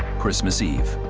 christmas eve.